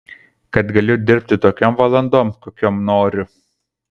kad galiu dirbti tokiom valandom kokiom noriu